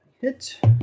Hit